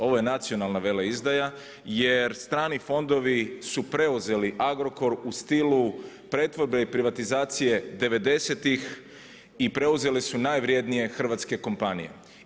Ovo je nacionalna veleizdaja jer strani fondovi su preuzeli Agrokor u stilu pretvorbe i privatizacije '90.–tih i preuzeli su najvrednije hrvatske kompanije.